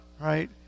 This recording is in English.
right